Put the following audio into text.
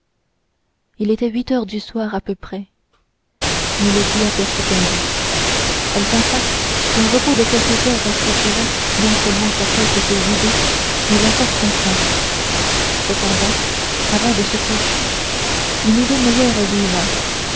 il était huit heures du soir à peu près milady aperçut un lit elle pensa qu'un repos de quelques heures rafraîchirait non seulement sa tête et ses idées mais encore son teint cependant avant de se coucher une idée meilleure lui vint